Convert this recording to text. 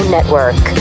Network